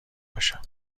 باشم